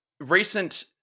recent